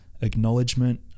acknowledgement